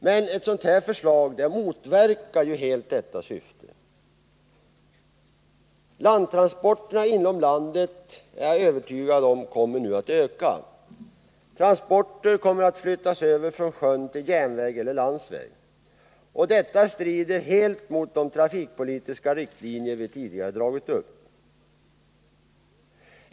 Men ett sådant här förslag motverkar helt detta syfte. Jag är övertygad om att landtransporterna inom Sverige kommer att öka. Transporter kommer att flyttas över från sjön till järnväg eller landsväg, och detta strider helt mot de trafikpolitiska riktlinjer som riksdagen tidigare dragit upp.